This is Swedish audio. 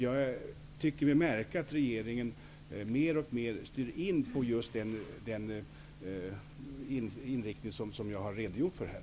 Jag tycker mig märka att regeringen mer och mer styr in på just den inriktning som jag har re dogjort för här.